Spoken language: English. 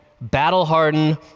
battle-hardened